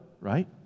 right